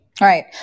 Right